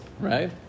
right